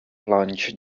plunge